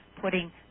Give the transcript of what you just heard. putting